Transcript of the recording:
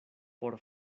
por